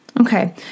Okay